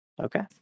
Okay